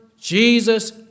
Jesus